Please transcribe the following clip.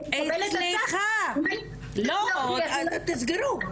לא, תסגרו.